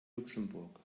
luxemburg